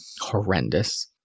horrendous